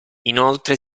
inoltre